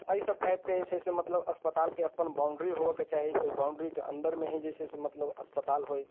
तऽ एहि सब टाइपके जे छै से मतलब अस्पतालके अपन बाउण्ड्री होबऽ के चाही ओहि बाउण्ड्रीके अंदरमे ही जे छै से मतलब अस्पताल होय